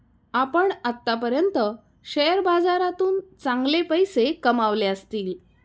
आपण आत्तापर्यंत शेअर बाजारातून चांगले पैसे कमावले असतील